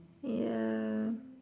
ya